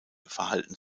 verhalten